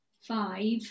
five